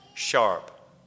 sharp